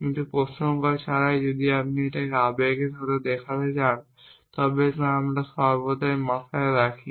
কিন্তু প্রসঙ্গ ছাড়াই যদি আপনি এটিকে আবেগের সাথে দেখতে চান তবে তা আমরা সর্বদা আমাদের মাথায় রাখি